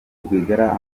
rwigara